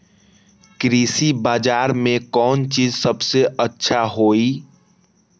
कृषि बजार में कौन चीज सबसे अच्छा होई?